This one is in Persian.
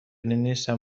نیستن